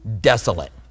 desolate